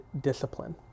discipline